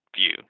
view